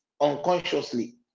unconsciously